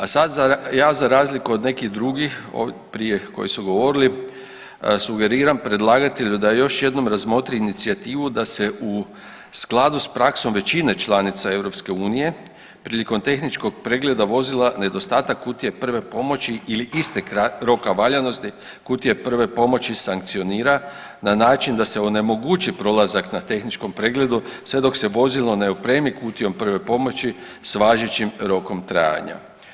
A sad ja za razliku od nekih drugih prije koji su govorili sugeriram predlagatelju da još jednom razmotri inicijativu da se u skladu sa praksom većine članica EU prilikom tehničkog pregleda vozila nedostatak kutije prve pomoći ili isteka roka valjanosti kutija prve pomoći sankcionira na način da se onemogući prolazak na tehničkom pregledu sve dok se vozilo ne opremi kutijom prve pomoći sa važećim rokom trajanja.